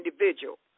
individual